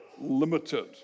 limited